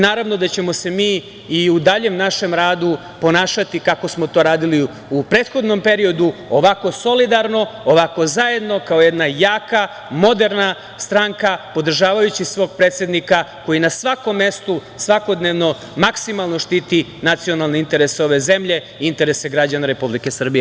Naravno da ćemo se mi i u daljem našem radu ponašati kako smo to radili i u prethodnom periodu, ovako solidarno, ovako zajedno, kao jedna jaka, moderna stranka, podržavajući svog predsednika koji na svakom mestu, svakodnevno, maksimalno štiti nacionalne interese ove zemlje i interese građana Republike Srbije.